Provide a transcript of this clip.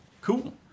cool